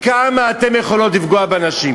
כמה אתן יכולות לפגוע בנשים?